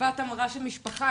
יפעת אמרה שמשפחה,